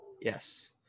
Yes